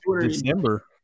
December